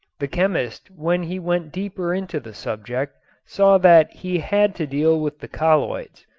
the chemist when he went deeper into the subject saw that he had to deal with the colloids,